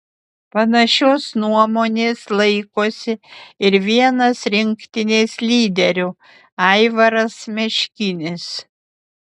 panašios nuomonės laikosi ir vienas rinktinės lyderių aivaras meškinis